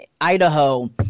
Idaho